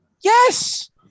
Yes